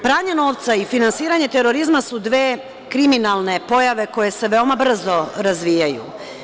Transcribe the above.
Pranje novca i finansiranje terorizma su dve kriminalne pojave koje se veoma brzo razvijaju.